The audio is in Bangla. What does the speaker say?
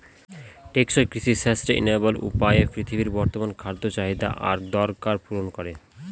টেকসই কৃষি সাস্টেইনাবল উপায়ে পৃথিবীর বর্তমান খাদ্য চাহিদা আর দরকার পূরণ করে